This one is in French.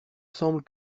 semble